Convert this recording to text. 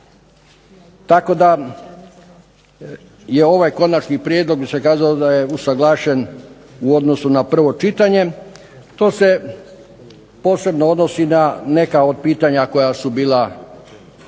Tako da je ovaj konačni prijedlog bi se kazalo da je usuglašen u odnosu na prvo čitanje. To se posebno odnosi na neka pitanja koja su bila